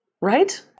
Right